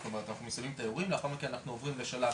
זאת אומרת אנחנו מסיימים את הערעורים ולאחר מכן עוברים לשלב